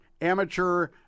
amateur